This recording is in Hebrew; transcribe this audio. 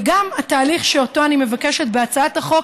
וגם התהליך שאותו אני מבקשת בהצעת החוק,